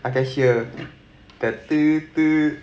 I can hear that